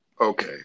Okay